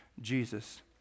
Jesus